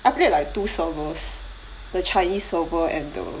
I played like two servers the chinese server and the